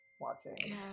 watching